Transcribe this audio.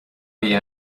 bhí